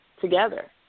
together